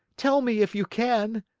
tell me if you can,